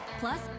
Plus